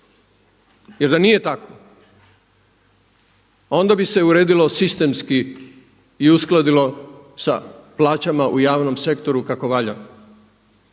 Jer da nije tako onda bi se uredilo sistemski i uskladilo sa plaćama u javnom sektoru kako valja